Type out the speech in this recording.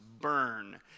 burn